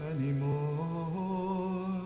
Anymore